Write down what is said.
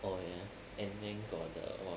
oh ya and that got the